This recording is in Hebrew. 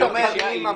החקיקה.